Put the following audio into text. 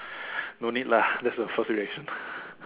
no need lah that's the first reaction